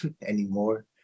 anymore